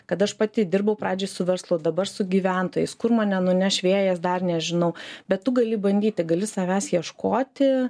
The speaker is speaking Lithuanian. kad aš pati dirbau pradžioj su verslu dabar su gyventojais kur mane nuneš vėjas dar nežinau bet tu gali bandyti gali savęs ieškoti